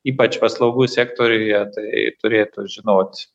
ypač paslaugų sektoriuje tai turėtų žinot